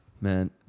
Man